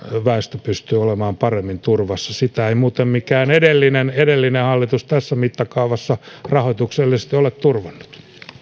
väestö pystyy olemaan paremmin turvassa sitä ei muuten mikään edellinen edellinen hallitus tässä mittakaavassa rahoituksellisesti ole turvannut